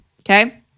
Okay